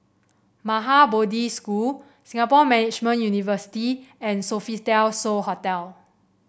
Maha Bodhi School Singapore Management University and Sofitel So Hotel